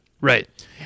Right